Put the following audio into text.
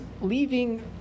leaving